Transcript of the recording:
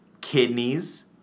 kidneys